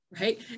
right